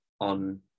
on